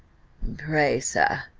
pray, sir,